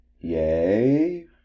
Yay